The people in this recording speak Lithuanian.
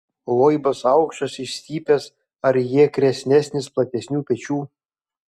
loibas aukštas išstypęs arjė kresnesnis platesnių pečių